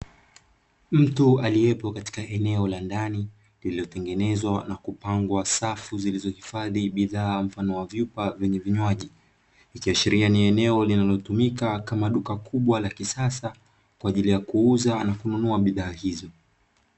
Mtu aliyepo katika eneo la ndani lililotengenezwa na kupangwa safu zilizohifadhi bidhaa mfano wa vyupa vyenye vinywaji. Ikiashiria ni eneo linalotumika kama duka kubwa la kisasa kwa ajili ya kuuza na kununua bidhaa hizo.